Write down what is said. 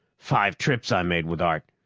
five trips i made with art.